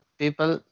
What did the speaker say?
people